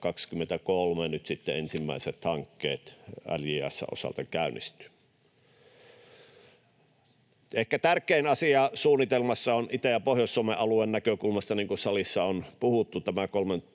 2023 nyt sitten ensimmäiset hankkeet LJS:n osalta käynnistyvät. Ehkä tärkein asia suunnitelmassa Itä- ja Pohjois-Suomen alueen näkökulmasta on, niin kuin salissa on puhuttu, tämä